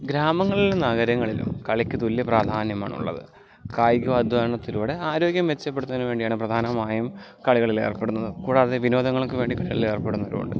ഗ്രാമങ്ങളിലും നഗരങ്ങളിലും കളിക്ക് തുല്യ പ്രാധാന്യമാണുള്ളത് കായിക അധ്വാനത്തിലൂടെ ആരോഗ്യം മെച്ചപ്പെടുത്തുന്നതിന് വേണ്ടിയാണ് പ്രധാനമായും കളികളിലേർപ്പെടുന്നത് കൂടാതെ വിനോദങ്ങൾക്ക് വേണ്ടി കളികളിലേർപ്പെടുന്നവരും ഉണ്ട്